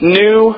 new